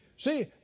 See